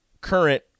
current